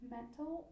Mental